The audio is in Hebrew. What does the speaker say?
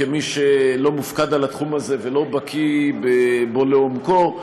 כמי שלא מופקד על התחום הזה ולא בקי בו לעומקו,